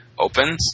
Opens